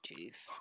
Jeez